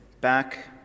back